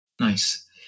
Nice